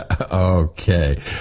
Okay